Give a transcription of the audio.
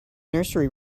nursery